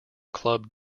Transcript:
club